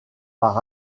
par